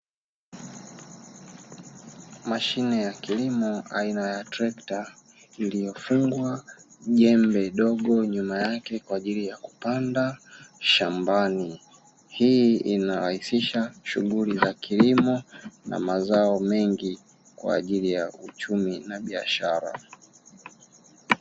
Mashine ya kilimo aina ya trekta iliyofungwa jembe dogo nyuma yake kwa ajili ya kupanda shambani, hii inarahisisha shughuli za kilimo na mazao mengi kwa ajili uchumi na biashara.